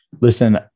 listen